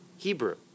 Hebrew